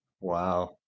wow